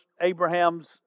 Abraham's